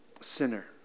sinner